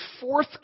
fourth